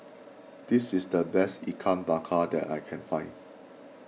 this is the best Ikan Bakar that I can find